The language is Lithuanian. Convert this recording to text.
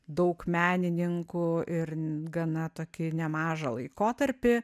daug menininkų ir gana tokį nemažą laikotarpį